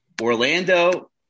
Orlando